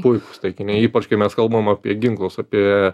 puikūs taikiniai ypač kai mes kalbam apie ginklus apie